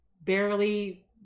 barely